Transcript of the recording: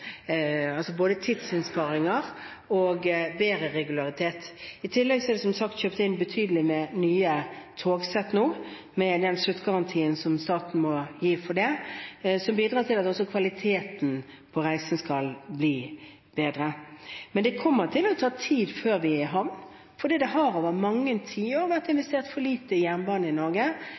både tidsinnsparinger og bedre regularitet. I tillegg er det nå, som sagt, kjøpt inn betydelig med nye togsett – med den sluttgarantien som staten må gi for det – som bidrar til at også kvaliteten på reisen skal bli bedre. Men det kommer til å ta tid før vi er i havn, for det har over mange tiår vært investert for lite i jernbanen i Norge